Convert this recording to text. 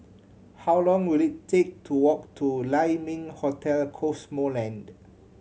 how long will it take to walk to Lai Ming Hotel Cosmoland